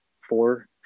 four